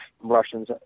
Russians